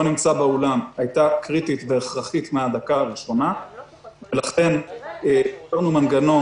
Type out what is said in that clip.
נמצא באולם הייתה קריטית והכרחית מן הדקה הראשונה ולכן הקמנו מנגנון